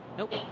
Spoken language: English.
Nope